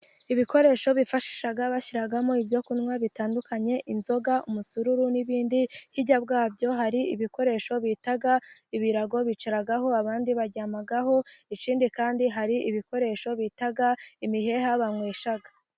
Ibikoresho bifashisha bashyiramo ibyo kunywa bitandukanye, inzoga, umusururu n'ibindi. Hirya yabyo hari ibikoresho bita ibirago bicaraho abandi baryamaho. Ikindi kandi hari ibikoresho bita imiheha banywesha.